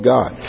God